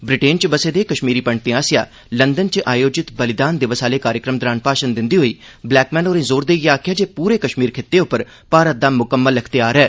Britain च बसे दे कश्मीरी पंडितें आसेआ लंदन च आयोजित बलिदान दिवस आह्ले कार्यक्रम दौरान भाषण दिंदे होई ब्लैकमन होरें जोर देइयै आखेआ जे पूरे कश्मीर खित्ते उप्पर भारत दा मुकम्मल अख्तियार ऐ